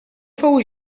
fou